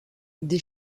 des